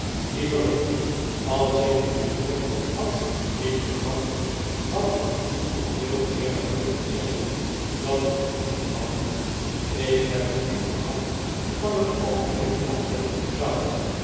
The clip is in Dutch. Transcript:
lieve ruth als ik u minder had liefgehad had ik u al veel eerder kunnen zeggen dat ik u liefhad ik heb u liefgehad van het oogenblik af dat ik u zag